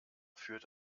führt